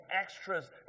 extras